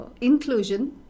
inclusion